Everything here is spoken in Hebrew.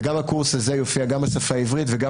וגם הקורס הזה יופיע גם בשפה העברית וגם